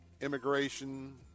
immigration